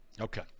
Okay